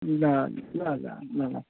ल ल ल ल ल